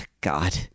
God